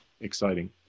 exciting